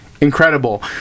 incredible